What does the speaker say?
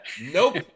Nope